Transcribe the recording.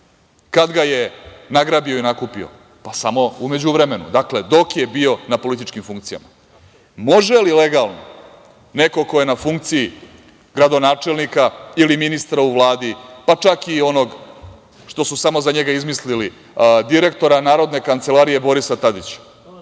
Kad ga je nagrabio i nakupio? Pa, samo u međuvremenu, dakle, dok je bio na političkim funkcijama. Može li legalno neko ko je na funkciji gradonačelnika ili ministra u Vladi, pa čak onog što su samo za njega izmislili direktora Narodne kancelarije Borisa Tadića